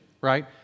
right